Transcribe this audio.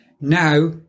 Now